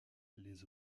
les